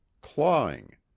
clawing